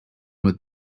with